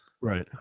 right